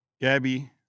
Gabby